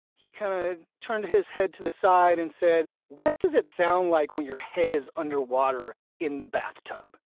he kind of turned his head to the side and said, what does it sound like when your head is underwater in the bathtub?